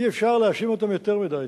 אי-אפשר להאשים אותם יותר מדי.